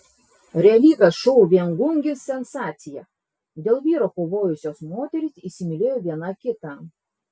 realybės šou viengungis sensacija dėl vyro kovojusios moterys įsimylėjo viena kitą